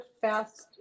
fast